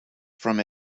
from